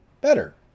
better